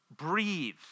Breathe